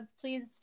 please